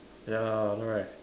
ya I know right